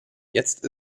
jetzt